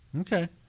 Okay